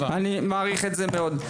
אני מעריך את זה מאוד.